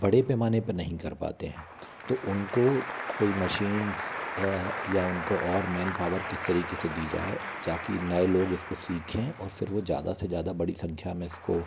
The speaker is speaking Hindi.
बड़े पैमाने पे नहीं कर पाते हैं तो उनको कोई मशीन्स या उनको और मैन पावर के तरीके से दी जाए ताकि नए लोग इसको सीखें और फिर वो ज़्यादा से ज़्यादा बड़ी संख्या में इसको